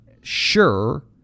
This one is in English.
sure